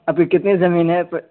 آپ کی کتنی زمین ہے